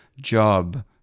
job